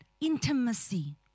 intimacy